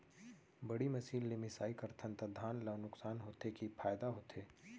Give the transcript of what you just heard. बड़ी मशीन ले मिसाई करथन त धान ल नुकसान होथे की फायदा होथे?